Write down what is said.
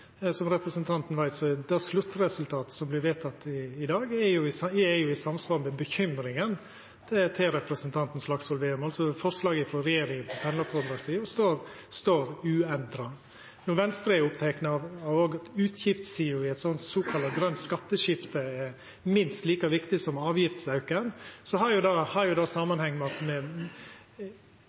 Som representanten veit, er det sluttresultatet som vert vedteke i dag, i samsvar med uroa til representanten Slagsvold Vedum, altså at forslaget frå regjeringa om pendlarfrådraget står uendra. Når Venstre er opptekne av at utgiftssida i eit såkalla grønt skatteskifte er minst like viktig som avgiftsauken, har det samanheng med at me